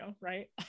right